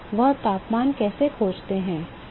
हम तापमान कैसे खोजते हैं